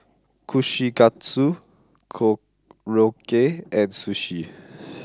Kushikatsu Korokke and Sushi